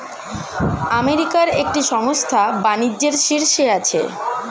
আমেরিকার একটি সংস্থা বাণিজ্যের শীর্ষে আছে